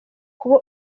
kuba